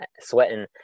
sweating